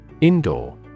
Indoor